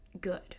good